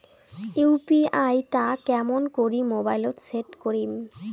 UPI টা কেমন করি মোবাইলত সেট করিম?